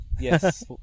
Yes